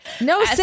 No